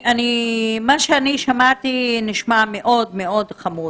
מה שאני שמעתי נשמע מאוד מאוד חמור.